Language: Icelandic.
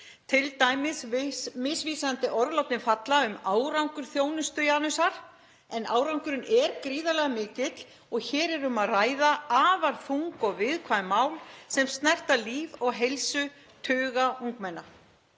t.d. misvísandi orð látin falla um árangur þjónustu Janusar, en árangurinn er gríðarlega mikill og hér er um að ræða afar þung og viðkvæm mál sem snerta líf og heilsu tuga ungmenna.